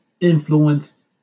influenced